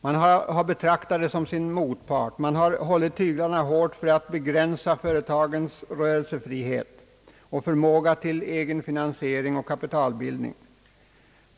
Man har betraktat det som sin motpart, man har hållit tyglarna hårt för att begränsa företagens rörelsefrihet och förmåga till egenfinansiering och kapitalbildning.